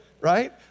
right